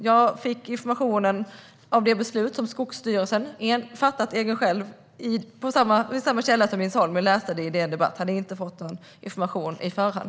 Jag fick informationen om det beslut som Skogsstyrelsen fattat från samma källa som Jens Holm, genom att läsa om det på DN Debatt. Jag hade inte fått någon information på förhand.